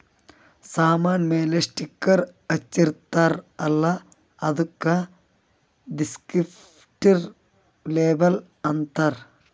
ಸಾಮಾನ್ ಮ್ಯಾಲ ಸ್ಟಿಕ್ಕರ್ ಹಚ್ಚಿರ್ತಾರ್ ಅಲ್ಲ ಅದ್ದುಕ ದಿಸ್ಕ್ರಿಪ್ಟಿವ್ ಲೇಬಲ್ ಅಂತಾರ್